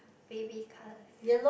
baby colour